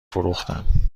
فروختم